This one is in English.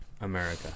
america